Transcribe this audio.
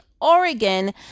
Oregon